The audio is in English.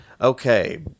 Okay